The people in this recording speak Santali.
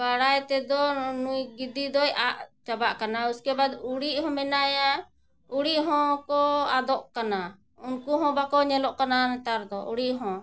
ᱵᱟᱲᱟᱭ ᱛᱮᱫᱚ ᱱᱩᱭ ᱜᱤᱫᱤ ᱫᱚᱭ ᱟᱫ ᱪᱟᱵᱟᱜ ᱠᱟᱱᱟ ᱩᱥᱠᱮᱵᱟᱫ ᱩᱲᱤᱡ ᱦᱚᱸ ᱢᱮᱱᱟᱭᱟ ᱩᱲᱤᱡ ᱦᱚᱸ ᱠᱚ ᱟᱫᱚᱜ ᱠᱟᱱᱟ ᱩᱱᱠᱩ ᱦᱚᱸ ᱵᱟᱠᱚ ᱧᱮᱞᱚᱜ ᱠᱟᱱᱟ ᱱᱮᱛᱟᱨ ᱫᱚ ᱩᱲᱤᱡ ᱦᱚᱸ